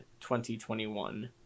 2021